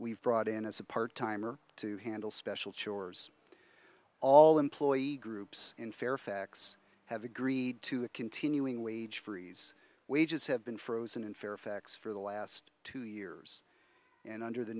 we've brought in as a part timer to handle special chores all employee groups in fairfax have agreed to a continuing wage freeze wages have been frozen in fairfax for the last two years and under the